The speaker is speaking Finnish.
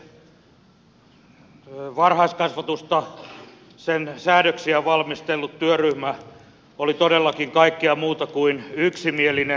varhaiskasvatusta sen säädöksiä valmistellut työryhmä oli todellakin kaikkea muuta kuin yksimielinen